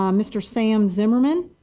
um mr. same zimmerman.